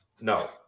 no